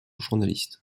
journaliste